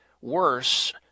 worse